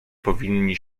powinni